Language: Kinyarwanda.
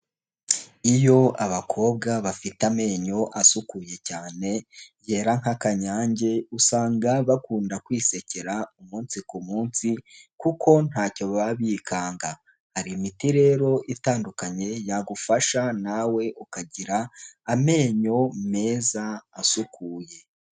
Iyo abakobwa bafite amenyo asukuye cyane yera nk'akanyange, usanga bakunda kwisekera umunsi ku munsi kuko ntacyo babikanga, hari imiti rero itandukanye yagufasha nawe ukagira amenyo meza asukuye.